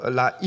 la